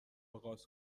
آغاز